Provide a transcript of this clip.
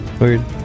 Weird